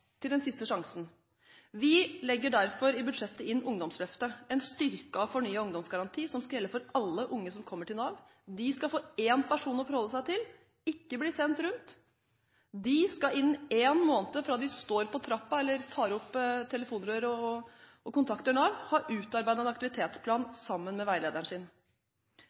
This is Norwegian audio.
til den siste sjansen. Vi legger derfor i budsjettet inn ungdomsløftet, en styrket og fornyet ungdomsgaranti som skal gjelde for alle unge som kommer til Nav. De skal få én person å forholde seg til, ikke bli sendt rundt. De skal innen én måned fra de står på trappen eller tar opp telefonrøret og kontakter Nav, ha utarbeidet en aktivitetsplan sammen med veilederen sin.